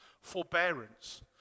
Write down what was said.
forbearance